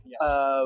Yes